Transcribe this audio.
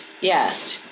Yes